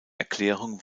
erklärung